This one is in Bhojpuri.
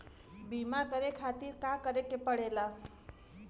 बीमा करे खातिर का करे के पड़ेला?